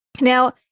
Now